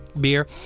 beer